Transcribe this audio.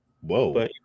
Whoa